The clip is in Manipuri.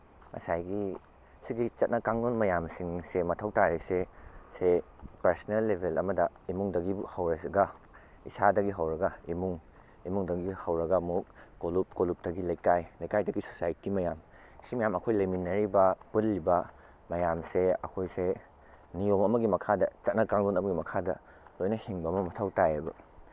ꯉꯁꯥꯏꯒꯤ ꯁꯤꯒꯤ ꯆꯠꯅ ꯀꯥꯡꯂꯣꯟ ꯃꯌꯥꯝꯁꯤꯡꯁꯦ ꯃꯊꯧ ꯇꯥꯔꯤꯁꯦ ꯁꯦ ꯄꯔꯁꯅꯦꯜ ꯂꯦꯚꯦꯜ ꯑꯃꯗ ꯏꯃꯨꯡꯗꯒꯤꯕꯨ ꯍꯧꯔꯁꯤꯗ ꯏꯁꯥꯗꯒꯤ ꯍꯧꯔꯒ ꯏꯃꯨꯡ ꯏꯃꯨꯡꯗꯒꯤ ꯍꯧꯔꯒ ꯑꯃꯨꯛ ꯀꯣꯂꯨꯞ ꯀꯣꯂꯨꯞꯇꯒꯤ ꯂꯩꯀꯥꯏ ꯂꯩꯀꯥꯏꯗꯒꯤ ꯁꯣꯁꯥꯏꯇꯤ ꯃꯌꯥꯝ ꯁꯤ ꯃꯌꯥꯝ ꯑꯩꯈꯣꯏ ꯂꯩꯃꯤꯟꯅꯔꯤꯕ ꯄꯨꯜꯂꯤꯕ ꯃꯌꯥꯝꯁꯦ ꯑꯩꯈꯣꯏꯁꯦ ꯅꯤꯌꯣꯝ ꯑꯃꯒꯤ ꯃꯈꯥꯗ ꯆꯠꯅ ꯀꯥꯡꯂꯣꯟ ꯑꯃꯒꯤ ꯃꯈꯥꯗ ꯂꯣꯏꯅ ꯍꯤꯡꯕ ꯑꯃ ꯃꯊꯧ ꯇꯥꯏꯌꯦꯕ